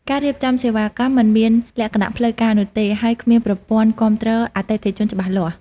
ការរៀបចំសេវាកម្មមិនមានលក្ខណៈផ្លូវការនោះទេ ហើយគ្មានប្រព័ន្ធគាំទ្រអតិថិជនច្បាស់លាស់។